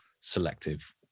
selective